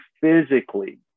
physically